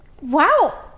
wow